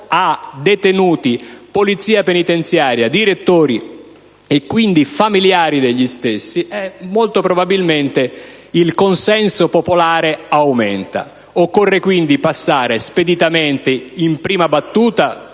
a detenuti, polizia penitenziaria, direttori e familiari degli stessi - molto probabilmente il consenso popolare aumenterebbe. Occorre quindi passare speditamente, in prima battuta,